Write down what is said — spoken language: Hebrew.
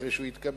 אחרי שהוא יתקבל,